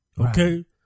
Okay